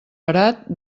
parat